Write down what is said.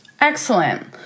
Excellent